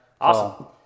Awesome